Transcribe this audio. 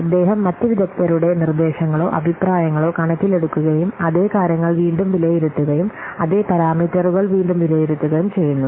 അദ്ദേഹം മറ്റ് വിദഗ്ധരുടെ നിർദ്ദേശങ്ങളോ അഭിപ്രായങ്ങളോ കണക്കിലെടുക്കുകയും അതേ കാര്യങ്ങൾ വീണ്ടും വിലയിരുത്തുകയും അതേ പാരാമീറ്ററുകൾ വീണ്ടും വിലയിരുത്തുകയും ചെയ്യുന്നു